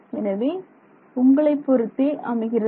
எனவே உங்களை பொறுத்தே அமைகிறது